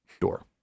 door